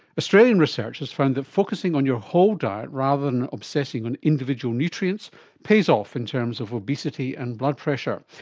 australian research has found that focusing on your whole diet rather than obsessing on individual nutrients pays off in terms of obesity and blood pressure,